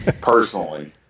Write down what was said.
personally